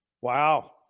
Wow